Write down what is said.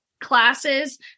Classes